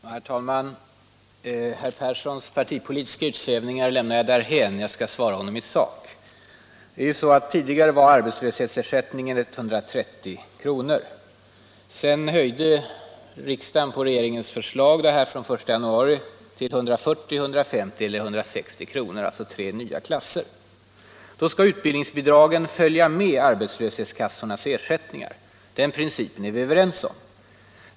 Herr talman! Herr Perssons i Karlstad partipolitiska utsvävningar lämnar jag därhän — jag skall svara honom i sak. Vi är överens om principen att bidragen skall följa arbetslöshetskassornas ersättningar.